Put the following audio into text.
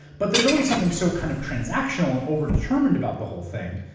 but there's always something so kind of transactional and over determined about the whole thing.